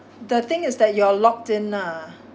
the thing is that you are locked in lah